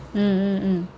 mm mm mm